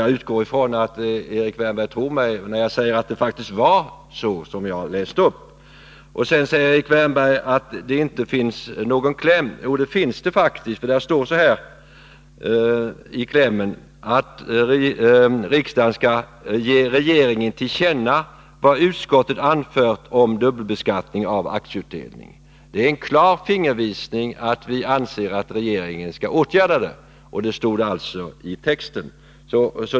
Jag utgår från att Erik Wärnberg tror mig när jag säger att det faktiskt var så som jag läste upp. Erik Wärnberg sade också att det inte finns någon kläm. Jo, det finns det faktiskt. Där står så här: att riksdagen skall ge ”regeringen till känna vad utskottet anfört om dubbelbeskattning av aktieutdelning”. Detta är en klar fingervisning om att vi anser att regeringen skall åtgärda saken. Det stod alltså i texten.